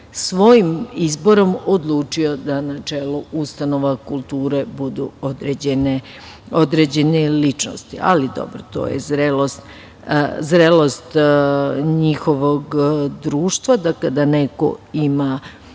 svojim izborom odlučio da na čelu ustanova kulture budu određene ličnosti, ali dobro, to je zrelost njihovog društva da kada je